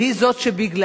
והיא זאת שבגללה,